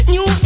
New